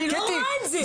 אני לא רואה את זה.